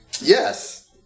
Yes